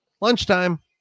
Lunchtime